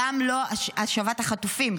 גם לא השבת החטופים,